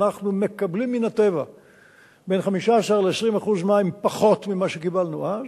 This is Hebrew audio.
אנחנו מקבלים מן הטבע 15% 20% פחות מהמים שקיבלנו אז,